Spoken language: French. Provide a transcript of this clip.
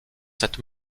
cette